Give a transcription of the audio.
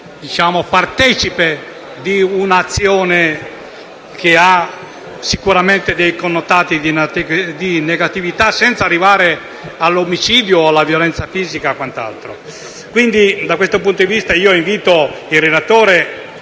partecipe di un'azione che ha sicuramente connotati di negatività, senza arrivare all'omicidio o alla violenza fisica. Da questo punto di vista, quindi, invito il relatore